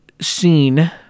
scene